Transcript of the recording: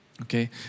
Okay